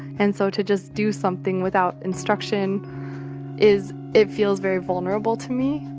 and so to just do something without instruction is it feels very vulnerable to me.